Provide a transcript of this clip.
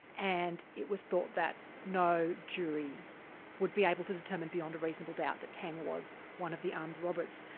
and it was thought that no jury would be able to determine beyond a reasonable doubt that tang was one of the armed robbers.